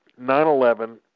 9-11